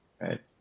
right